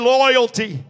loyalty